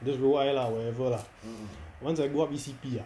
just roll eye ah whatever lah once I go up E_C_P ah